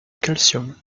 calcium